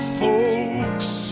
folks